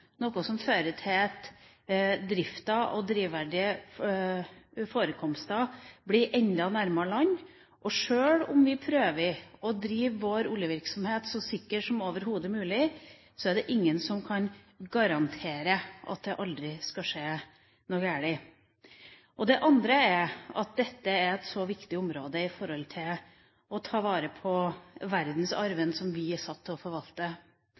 noe som fører til at drifta og drivverdige forekomster blir enda nærmere land. Sjøl om vi prøver å drive vår oljevirksomhet så sikkert som overhodet mulig, er det ingen som kan garantere at det aldri skal skje noe galt. Det andre er at dette er et så viktig område når det gjelder å ta vare på verdensarven som vi er satt til å forvalte.